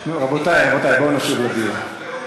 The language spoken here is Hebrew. רבותי, בואו נשוב לדיון.